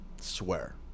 Swear